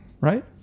right